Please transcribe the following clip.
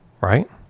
right